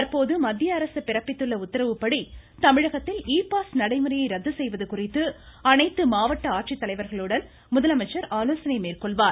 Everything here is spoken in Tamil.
தற்போது மத்திய அரசு பிறப்பித்துள்ள உத்தரவுப்படி தமிழகத்தில் இ பாஸ் நடைமுறையை ரத்து செய்வது குறித்து அனைத்து மாவட்ட ஆட்சித்தலைவர்களுடன் முதலமைச்சர் ஆலோசனை மேற்கொள்வார்